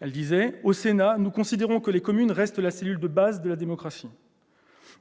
Public Sénat :« Au Sénat, nous considérons que les communes restent la cellule de base de la démocratie. »